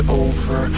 over